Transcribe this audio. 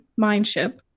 Mindship